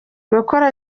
gukora